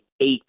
eight